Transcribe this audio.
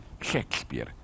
Shakespeare